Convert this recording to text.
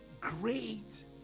great